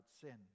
sin